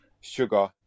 Sugar